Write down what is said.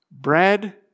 bread